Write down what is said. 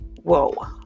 whoa